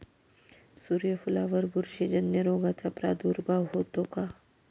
सूर्यफुलावर बुरशीजन्य रोगाचा प्रादुर्भाव होतो का?